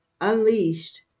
unleashed